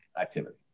activity